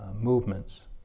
movements